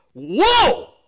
Whoa